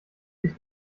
sich